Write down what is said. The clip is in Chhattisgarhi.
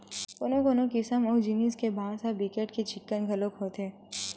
कोनो कोनो किसम अऊ जिनिस के बांस ह बिकट के चिक्कन घलोक होथे